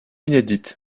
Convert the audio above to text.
inédite